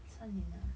三年 ah